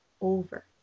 over